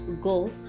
Go